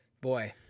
boy